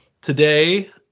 today